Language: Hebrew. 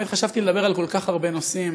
האמת היא שחשבתי לדבר על כל כך הרבה נושאים: